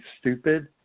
stupid